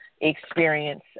experience